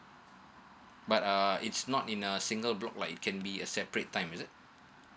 but uh it's not in a single block like it can be a separate time is it